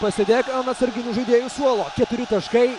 pasėdėk ant atsarginių žaidėjų suolo keturi taškai